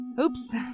Oops